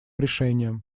решением